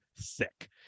thick